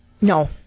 No